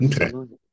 Okay